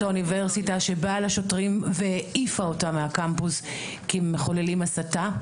האוניברסיטה שבאה לשוטרים והעיפה אותם מהקמפוס כי הם מחוללים הסתה?